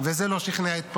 וזה לא שכנע את פרעה.